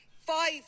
five